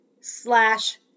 slash